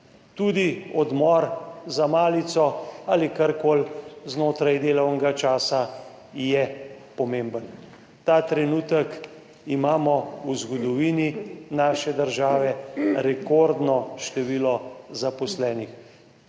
Tudi odmor za malico ali kar koli znotraj delovnega časa je pomembno. Ta trenutek imamo v zgodovini naše države rekordno število zaposlenih.